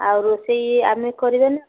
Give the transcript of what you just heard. ଆଉ ରୋଷେଇ ଆମେ କରିବା ନା